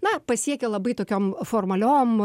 na pasiekia labai tokiom formaliom